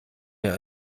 mir